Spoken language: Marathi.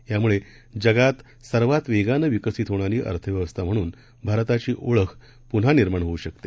यामुळेजगातसर्वातवेगानंविकसितहोणारीअर्थव्यवस्थाम्हणूनभारताचीओळखपुन्हानिर्मा णहोऊशकते